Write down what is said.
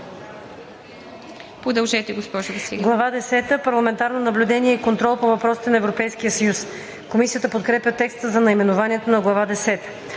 Продължете, госпожо Василева.